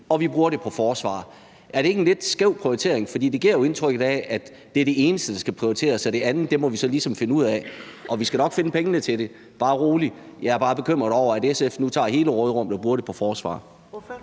og vi bruger det på forsvar. Er det ikke en lidt skæv prioritering, for det giver jo indtrykket af, at det er det eneste, der skal prioriteres? Og man siger, at det andet må vi sådan ligesom finde ud af, og at vi nok skal finde pengene til det, bare rolig. Jeg er bare bekymret over, at SF nu tager hele råderummet og bruger det på forsvar.